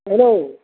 hello